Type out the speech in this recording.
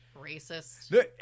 Racist